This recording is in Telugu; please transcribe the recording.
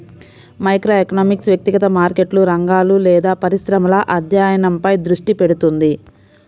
మైక్రోఎకనామిక్స్ వ్యక్తిగత మార్కెట్లు, రంగాలు లేదా పరిశ్రమల అధ్యయనంపై దృష్టి పెడుతుంది